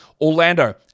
Orlando